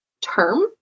term